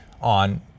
on